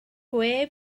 gwe